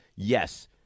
Yes